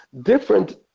different